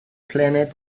planet